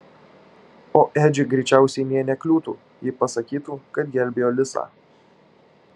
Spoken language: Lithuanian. o edžiui greičiausiai nė nekliūtų jei pasakytų kad gelbėjo lisą